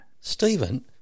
Stephen